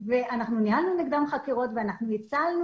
אנחנו ניהלנו נגדן חקירות ואנחנו הטלנו